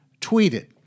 tweeted